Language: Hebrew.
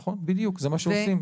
נכון, בדיוק, זה מה שעושים.